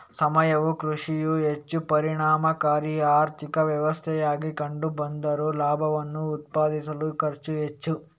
ಸಾವಯವ ಕೃಷಿಯು ಹೆಚ್ಚು ಪರಿಣಾಮಕಾರಿ ಆರ್ಥಿಕ ವ್ಯವಸ್ಥೆಯಾಗಿ ಕಂಡು ಬಂದರೂ ಲಾಭವನ್ನು ಉತ್ಪಾದಿಸಲು ಖರ್ಚು ಹೆಚ್ಚು